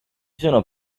sono